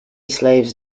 slaves